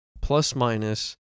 plus-minus